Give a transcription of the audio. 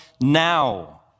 now